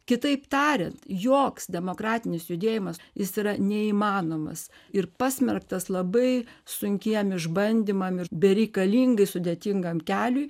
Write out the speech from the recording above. kitaip tariant joks demokratinis judėjimas jis yra neįmanomas ir pasmerktas labai sunkiem išbandymam ir bereikalingai sudėtingam keliui